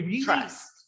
Trust